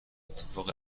اتفاق